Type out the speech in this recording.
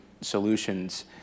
solutions